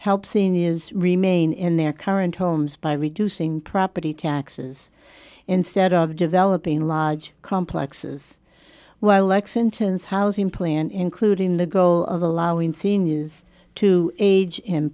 help seniors remain in their current homes by reducing property taxes instead of developing large complexes while lexington's housing plan including the goal of allowing senior is to age in